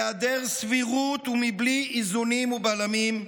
בהיעדר סבירות ובלי איזונים ובלמים,